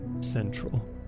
central